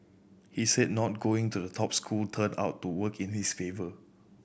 he said not going to a top school turned out to work in his favour